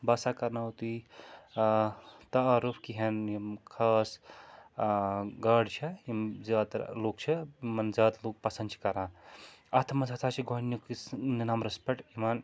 بہٕ ہَسا کَرناوو تُہۍ تعارُف کِیہنٛۍ یِم خاص گاڈٕ چھےٚ یِم زیادٕ تَر لُکھ چھِ یِمَن زیادٕ لُکھ پَسنٛد چھِ کَران اَتھ منٛز ہَسا چھِ گۄڈنِکِس نمبرَس پٮ۪ٹھ یِوان